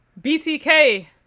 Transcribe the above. BTK